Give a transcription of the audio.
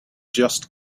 just